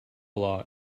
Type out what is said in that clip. lot